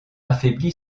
affaibli